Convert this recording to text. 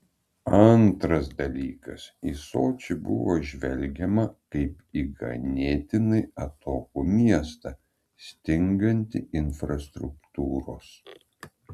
antras dalykas į sočį buvo žvelgiama kaip į ganėtinai atokų miestą stingantį infrastruktūros